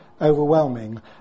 overwhelming